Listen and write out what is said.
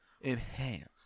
Enhanced